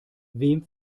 wem